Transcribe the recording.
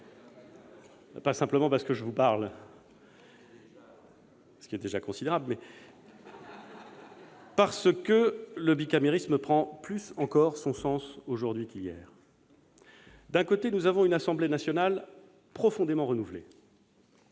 ...- ce qui est en effet déjà considérable ... mais parce que le bicamérisme prend plus encore son sens aujourd'hui qu'hier. D'un côté, nous avons une Assemblée nationale profondément renouvelée.